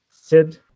Sid